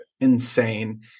insane